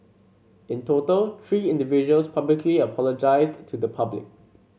in total three individuals publicly apologised to the public